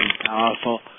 powerful